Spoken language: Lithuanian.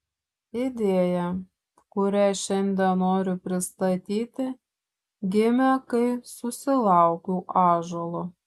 idėja kurią šiandien noriu pristatyti gimė kai susilaukiau ąžuolo